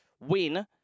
win